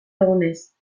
egunez